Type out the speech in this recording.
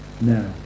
now